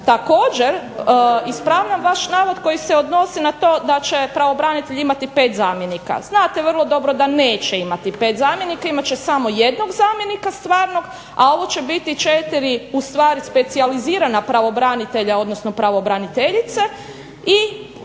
Također ispravljam vaš navod koji se odnosi na to da će pravobranitelj imati 5 zamjenika. Znate vrlo dobro da neće imati 5 zamjenika, imat će samo jednog zamjenika stvarnog, a ovo će biti 4 ustvari specijalizirana pravobranitelja, odnosno pravobraniteljice,